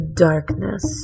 darkness